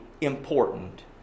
important